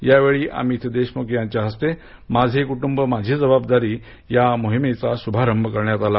यावेळी अमित देशमुख यांच्या हस्ते माझे कुटुंब माझी जबाबदारी या मोहिमेचा शुभारंभ करण्यात आला